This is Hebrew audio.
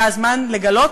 זה הזמן לגלות.